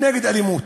נגד אלימות,